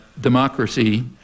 democracy